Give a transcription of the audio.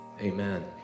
Amen